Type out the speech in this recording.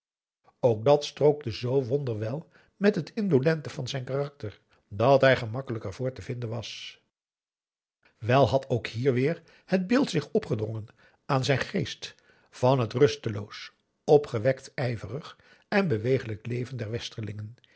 ook dàt strookte zoo wonderwel met het indolente van zijn karakter dat hij gemakkelijk ervoor te vinden was wel had ook hier weer het beeld zich opgedrongen aan zijn geest van het rusteloos opgewekt ijverig en beweeglijk leven der westerlingen